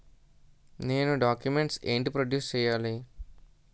నేను డాక్యుమెంట్స్ ఏంటి ప్రొడ్యూస్ చెయ్యాలి?